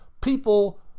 people